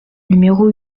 numéro